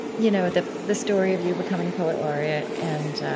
you know the the story of you becoming poet laureate, and